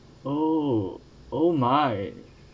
oh oh my